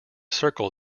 circle